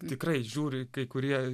tikrai žiūri kai kurie